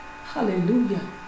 Hallelujah